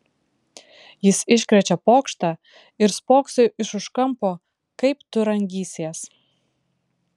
jis iškrečia pokštą ir spokso iš už kampo kaip tu rangysies